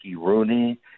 Rooney